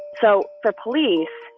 so for police,